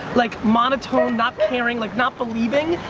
like, monotone, not caring, like not believing.